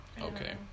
okay